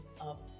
up